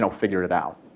so figure it out.